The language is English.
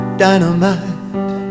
dynamite